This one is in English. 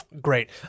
great